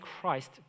Christ